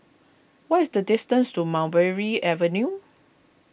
what is the distance to Mulberry Avenue